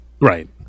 Right